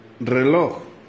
reloj